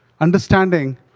understanding